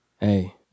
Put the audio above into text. Hey